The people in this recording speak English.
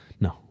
No